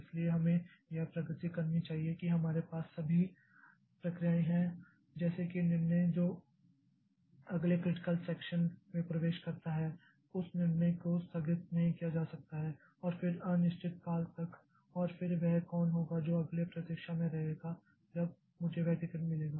इसलिए हमें यह प्रगति करनी चाहिए कि हमारे पास सभी प्रक्रियाएं हैं जैसे कि निर्णय जो अगले क्रिटिकल सेक्षन में प्रवेश करता है उस निर्णय को स्थगित नहीं किया जा सकता है और फिर अनिश्चित काल तक और फिर वह कौन होगा जो अगले प्रतीक्षा में रहेगा जब मुझे वह टिकट मिलेगा